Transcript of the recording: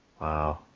wow